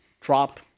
drop